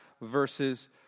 verses